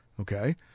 Okay